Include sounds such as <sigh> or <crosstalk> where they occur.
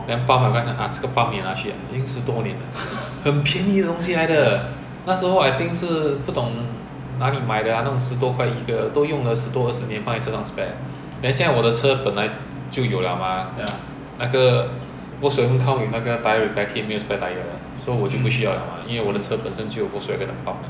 then pump 了 nah 这个 pump 你拿去 lah 已经十多年了很便宜的东西来的那时候 I think 是不懂哪里买的 ah 那种十多块一个都用了十多二十年放在车上 spare then 现在我的车本来就有了吗 <noise> 那个 volkswagen come with 那个 tyre repair kit 没有 spare tyre 的 so 我就不需要 liao mah 因为我的车本身就有 volkswagen 的 pump